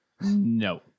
No